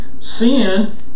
sin